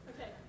Okay